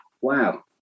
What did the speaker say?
wow